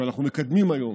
שאנחנו מקדמים היום,